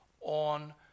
on